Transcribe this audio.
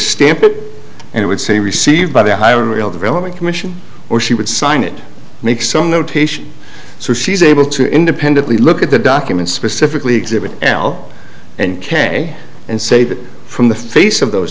stamp it and it would say received by the hiring real development commission or she would sign it make some notation so she's able to independently look at the documents specifically exhibit l and k and say that from the face of those